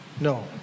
no